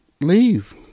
leave